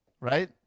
right